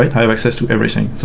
i have access to everything.